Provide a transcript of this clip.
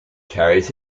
carries